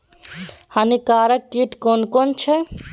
हानिकारक कीट केना कोन छै?